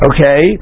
Okay